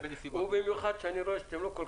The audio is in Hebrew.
ובנסיבות -- ובמיוחד שאני רואה שאתם לא כל